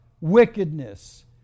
wickedness